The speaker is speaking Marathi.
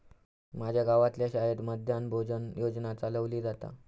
माज्या गावातल्या शाळेत मध्यान्न भोजन योजना चलवली जाता